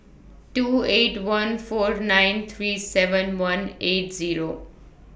two eight one four nine three seven one eight Zero